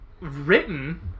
written